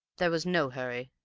there was no hurry.